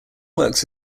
works